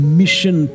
mission